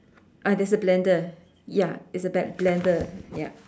ah there's a blender ya it's a ba~ blender ya